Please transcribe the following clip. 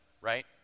Right